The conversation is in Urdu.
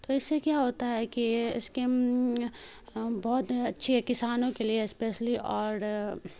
تو اس سے کیا ہوتا ہے کہ اسکیم بہت اچھی ہے کسانوں کے لیے اسپیسلی اور